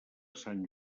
sant